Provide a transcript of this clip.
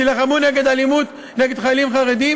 תילחמו באלימות נגד חיילים חרדים